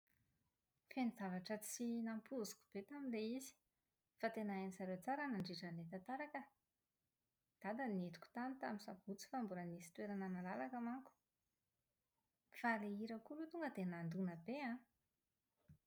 Feno zavatra tsy nampoiziko be tamin'ilay izy. Fa tena hain'izareo tsara ny nandrindra an'ilay tantara ka! Dada no nentiko tany tamin'ny sabotsy fa mbola nisy toerana nalalaka manko. Fa ilay hira koa aloha tonga dia nandona be an!